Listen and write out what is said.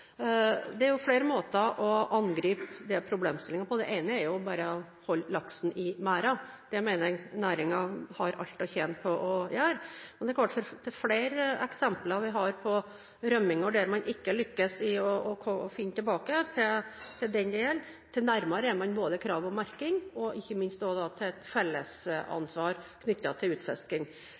er flere måter å angripe den problemstillingen på. Det ene er bare å holde laksen i merder. Det mener jeg næringen har alt å tjene på å gjøre. Men det er klart at jo flere eksempler vi har på rømming, og hvor man ikke lykkes i å finne tilbake til den det gjelder, jo nærmere er man et krav om merking og ikke minst om felles ansvar knyttet til utfisking. Lykkes man med steril oppdrettslaks – hvis det er mulig å få til